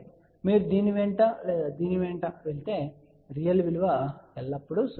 5 మీరు దీని వెంట లేదా దీని వెంట వెళితే రియల్ విలువ ఎల్లప్పుడూ 0